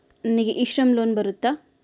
ನನಗೆ e Shram loan ಬರುತ್ತಾ?